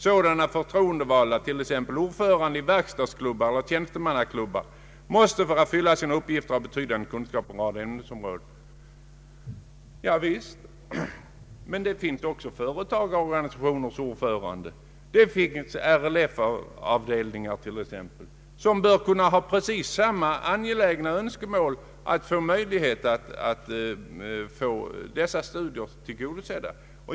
Sådana förtroendevalda, t.ex. ordförande i verkstadsklubbar eller tjänstemannaklubbar, måste för att fylla sina uppgifter ha betydande kunskaper inom en rad ämnesområden.” Ja visst, men det finns också ordförande i företagarorganisationer och det finns RLF-avdelningar som bör kunna ha precis samma angelägna krav att få dessa önskemål om studier tillgodosedda.